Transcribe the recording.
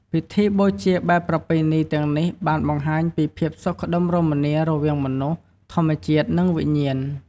ពិធីបូជាបែបប្រពៃណីទាំងនេះបានបង្ហាញពី ភាពសុខដុមរមនា រវាងមនុស្ស ធម្មជាតិ និងវិញ្ញាណ។